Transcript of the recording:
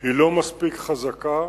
היא לא מספיק חזקה,